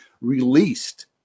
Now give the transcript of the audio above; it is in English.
released